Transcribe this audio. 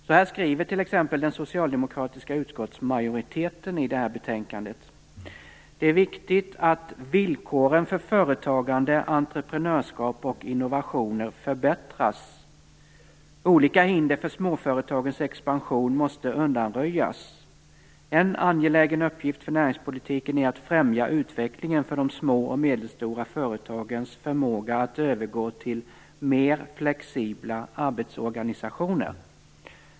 Så här skriver t.ex. den socialdemokratiska utskottsmajoriteten i betänkandet: Det är viktigt "att villkoren för företagande, entreprenörskap och innovationer förbättras. Olika hinder för småföretagens expansion måste undanröjas. En angelägen uppgift för näringspolitiken är att främja utvecklingen för de små och medelstora företagens förmåga att övergå till mer flexibla arbetsorganisationer".